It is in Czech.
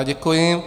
Děkuji.